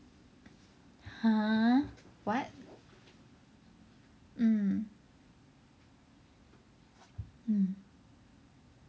!huh! what mm mm